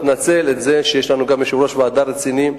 תנצל את זה שיש לנו גם יושב-ראש ועדה רציני,